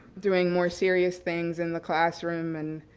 doing more serious things in the classroom and